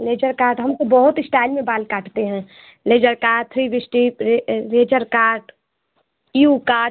laser cut हम तो बहुत इश्टाइल में बाल काटते हैं लेजर का थ्री इश्टीप है रेजर कट यू कट